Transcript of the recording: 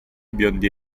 biondi